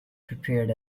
prepared